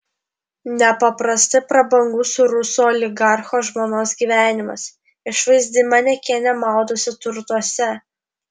nepaprastai prabangus rusų oligarcho žmonos gyvenimas išvaizdi manekenė maudosi turtuose